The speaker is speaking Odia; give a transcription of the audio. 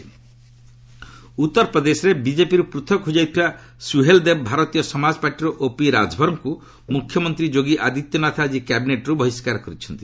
ୟୁପି ମିନିଷ୍ଟର୍ ସ୍ୟାକ୍ଡ୍ ଉତ୍ତର ପ୍ରଦେଶରେ ବିକେପିରୁ ପୃଥକ ହୋଇଯାଇଥିବା ସୁହେଲ୍ଦେବ୍ ଭାରତୀୟ ସମାଜ ପାର୍ଟିର ଓପି ରାଜଭର୍କୁ ମୁଖ୍ୟମନ୍ତ୍ରୀ ଯୋଗୀ ଆଦିତ୍ୟନାଥ ଆଜି କ୍ୟାବିନେଟ୍ରୁ ବହିଷ୍କାର କରିଛନ୍ତି